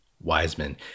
Wiseman